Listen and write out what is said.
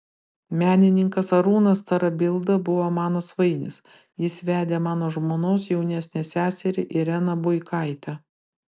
menininkas arūnas tarabilda buvo mano svainis jis vedė mano žmonos jaunesnę seserį ireną buikaitę